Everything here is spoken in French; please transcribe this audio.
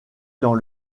dans